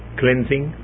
cleansing